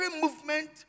movement